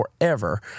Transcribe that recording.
forever